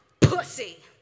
Pussy